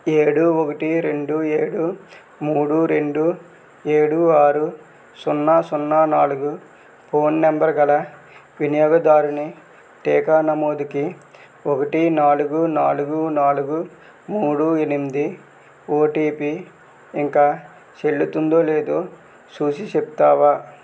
ఏడు ఒకటి రెండు ఏడు మూడు రెండు ఏడు ఆరు సున్నా సున్నా నాలుగు ఫోన్ నెంబరు గల వినియోగదారుని టీకా నమోదుకి ఒకటి నాలుగు నాలుగు నాలుగు మూడు ఎనిమిది ఓటీపీ ఇంకా చెల్లుతుందో లేదో చూసి చెప్తావా